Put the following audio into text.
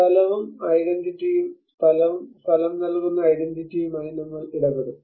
സ്ഥലവും ഐഡന്റിറ്റിയും സ്ഥലവും സ്ഥലം നൽകുന്ന ഐഡന്റിറ്റിയുമായി നമ്മൾ ഇടപെടും